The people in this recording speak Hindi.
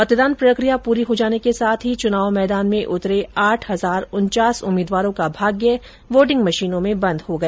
मतदान प्रक्रिया पूरी हो जाने के साथ ही चुनाव मैदान में उतरे आठ हजार उनचास उम्मीदवारों का भाग्य वोटिंग मशीनों में बंद हो गया